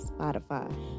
Spotify